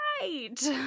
Right